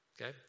Okay